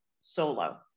solo